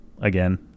again